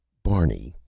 barney,